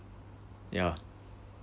ya